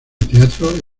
teatro